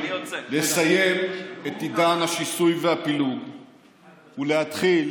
לסיים את עידן השיסוי והפילוג ולהתחיל